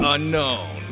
Unknown